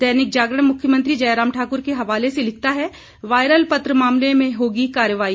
दैनिक जागरण मुख्यमंत्री जयराम ठाकुर के हवाले से लिखता है वायरल पत्र मामले में होगी कार्रवाई